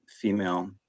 female